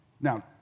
Now